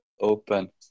open